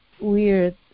weird